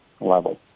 level